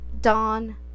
dawn